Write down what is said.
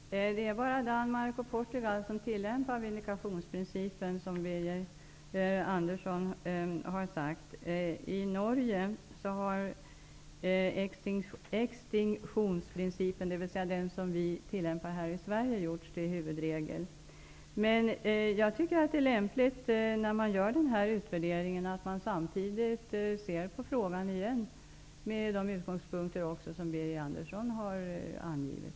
Herr talman! Det är bara Danmark och Portugal som tillämpar vindikationsprincipen, som Birger Andersson har nämnt. I Norge har exstinktionsprincipen, dvs. den som vi tillämpar i Sverige, gjorts till huvudregel. Men jag tycker att det är lämpligt att samtidigt som man gör denna utvärdering se på frågan igen, också med de utgångspunkter som Birger Andersson har angivit.